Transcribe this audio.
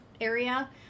area